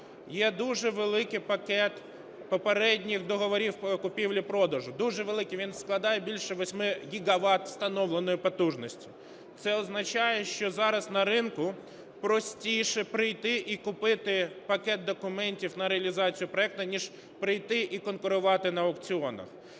Є дуже великий пакет попередніх договорів купівлі-продажу, дуже великий. Він складає більше 8 гігават встановленої потужності. Це означає, що зараз на ринку простіше прийти і купити пакет документів на реалізацію проекту ніж прийти і конкурувати на аукціонах.